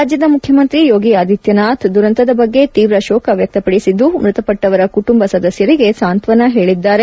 ರಾಜ್ಞದ ಮುಖ್ಯಮಂತ್ರಿ ಯೋಗಿ ಆದಿತ್ಯನಾಥ್ ದುರಂತದ ಬಗ್ಗೆ ತೀವ್ರ ಶೋಕ ವ್ಯಕ್ತಪಡಿಸಿದ್ದು ಮೃತಪಟ್ಟವರ ಕುಟುಂಬದ ಸದಸ್ಥರಿಗೆ ಸಾಂತ್ವನ ಹೇಳಿದ್ದಾರೆ